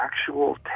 actual